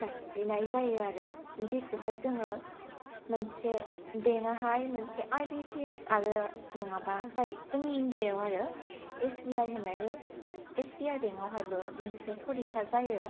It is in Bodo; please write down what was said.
जासिनाय जायो आरो जेखौहाय जोंङो मोनसे बेंकआहाय मोनसे आइ बि पि एस आरो नंङाबा जाय जोंनि इंडियाआव आरो एस बि आइ होन्नायबो एस बि आइ बेंकआवहायबो मोनसे फरिखा जायो